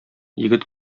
егет